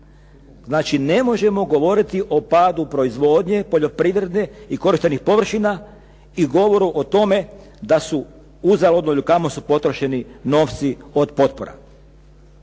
Znači ne možemo govoriti o padu proizvodnje poljoprivredne i korištenih površina i govoru o tome da su uzaludno ili kamo su potrošeni novci od potpora.